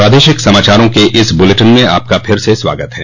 प्रादेशिक समाचारों के इस बुलेटिन में आपका फिर से स्वागत है